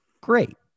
great